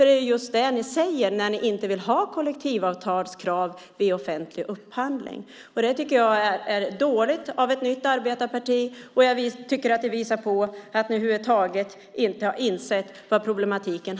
Det är just det ni säger när ni inte vill ha kollektivavtalskrav vid offentlig upphandling. Det är dåligt av ett nytt arbetarparti. Det visar att ni över huvud taget inte har insett problematiken.